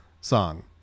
song